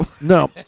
No